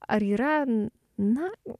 ar yra na